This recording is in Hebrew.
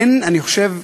אין, אני חושב,